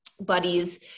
buddies